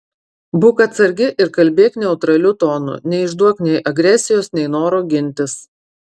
būk atsargi ir kalbėk neutraliu tonu neišduok nei agresijos nei noro gintis